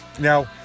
Now